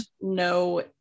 no